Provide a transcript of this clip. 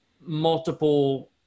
multiple